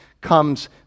comes